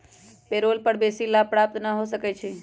payroll कर बेशी लाभ प्राप्त न हो सकै छइ